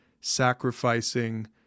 sacrificing